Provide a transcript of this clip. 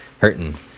hurting